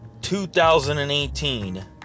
2018